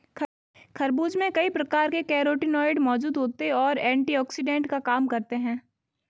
खरबूज में कई प्रकार के कैरोटीनॉयड मौजूद होते और एंटीऑक्सिडेंट का काम करते हैं